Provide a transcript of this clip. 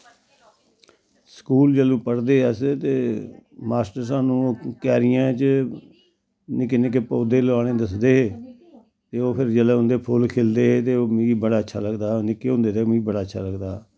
school जदूं पढ़दे अस ते मास्टर स्हानू क्यारियें च निक्के निक्के पौधे लोआने दसदे हे ओह् ते ओ फिर जिसलै उंदे फुल्ल खिलदे हे ते मिगी बड़ी अच्छा लगदा हा निक्के होंदे ते मिगी बड़ा अच्छा लगदा हा